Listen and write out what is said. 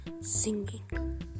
singing